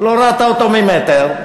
לא ראתה אותו ממטר,